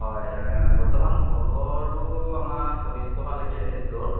হয় বৰ্তমান কলৰটো আমাৰ চল্লিশ টকা লাগি আছে ষ্টৰত